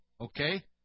okay